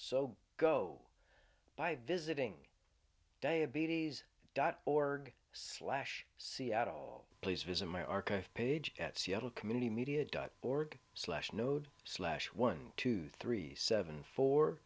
so go by visiting diabetes dot org slash seattle please visit my archive page at seattle community media dot org slash node slash one two three seven four